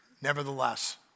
nevertheless